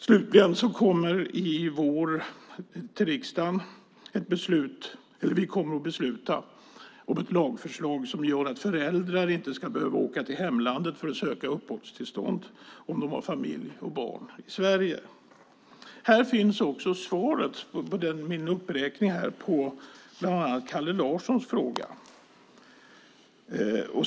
Slutligen kommer riksdagen i vår att besluta om ett lagförslag som gör att föräldrar inte ska behöva åka till hemlandet för att söka uppehållstillstånd om de har familj och barn i Sverige. I min uppräkning finns också svaret på bland annat Kalle Larssons fråga.